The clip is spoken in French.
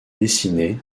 dessinée